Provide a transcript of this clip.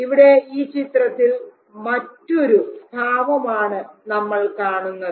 ഇവിടെ ഈ ചിത്രത്തിൽ മറ്റൊരു ഭാവമാണ് നമ്മൾ കാണുന്നത്